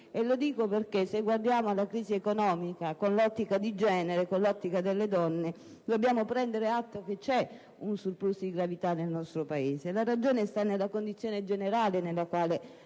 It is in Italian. E lo dico perché, se guardiamo alla crisi economica con l'ottica di genere, con l'ottica delle donne, bisogna prendere atto che c'è un *surplus* di gravità nel nostro Paese. La ragione sta nella condizione generale nella quale